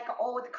old